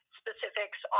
specifics